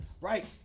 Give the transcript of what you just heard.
Right